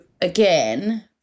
again